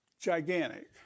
gigantic